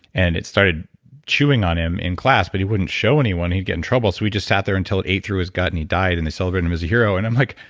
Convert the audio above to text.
and it started chewing on him in class, but he wouldn't show anyone, he'd get in trouble. so he just sat there until it ate through his gut and he died, and they celebrated him as a hero. and i'm like,